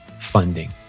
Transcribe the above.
funding